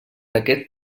aquest